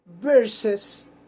verses